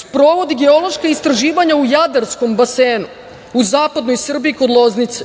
sprovodi geološka istraživanja u jadarskom basenu u zapadnoj Srbiji kod Loznice.